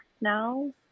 now